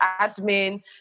admin